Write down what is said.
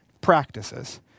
practices